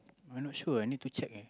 I'm not sure I need to check eh